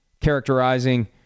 characterizing